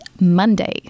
Monday